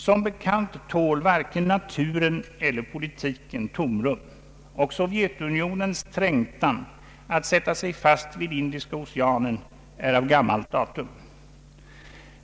Som bekant tål varken naturen eller politiken tomrum, och Sovjetunionens trängtan att sätta sig fast vid Indiska oceanen är av gammalt datum.